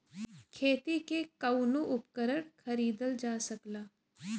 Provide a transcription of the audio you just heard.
खेती के कउनो उपकरण खरीदल जा सकला